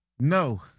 No